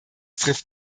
trifft